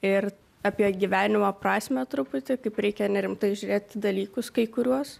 ir apie gyvenimo prasmę truputį kaip reikia nerimtai žiūrėt į dalykus kai kuriuos